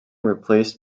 replaced